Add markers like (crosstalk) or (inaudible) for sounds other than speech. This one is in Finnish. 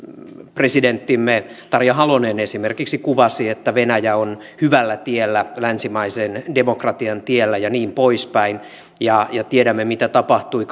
presidenttimme tarja halonen esimerkiksi kuvasi että venäjä on hyvällä tiellä länsimaisen demokratian tiellä ja niin poispäin tiedämme mitä tapahtui (unintelligible)